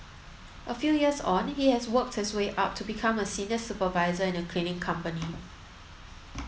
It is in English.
a few years on he has worked his way up to become a senior supervisor in a cleaning company